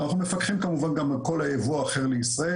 אנחנו מפקחים כמובן גם על כל הייבוא האחר לישראל.